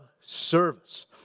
service